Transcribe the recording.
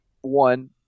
one –